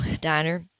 diner